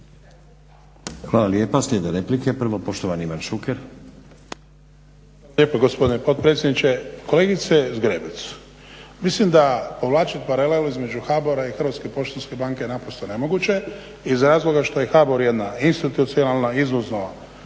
Hvala lijepa. Slijede replike. Prvo poštovani Ivan Šuker. **Šuker, Ivan (HDZ)** Hvala lijepo poštovani potpredsjedniče. Kolegice Zgrebe mislim da povlačiti paralelu između HBOR-a i Hrvatske poštanske banke je naprosto nemoguće iz razloga što je HBOR jedna institucionalna izvozno